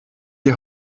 die